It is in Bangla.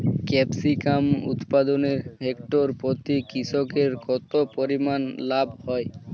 ক্যাপসিকাম উৎপাদনে হেক্টর প্রতি কৃষকের কত পরিমান লাভ হয়?